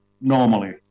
normally